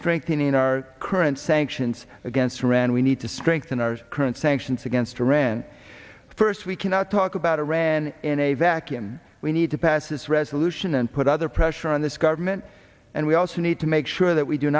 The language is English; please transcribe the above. strengthening our current sanctions against iran we need to strengthen our current sanctions against iran first we cannot talk about iran in a vacuum we need to pass this resolution and put other pressure on this government and we also need to make sure that we do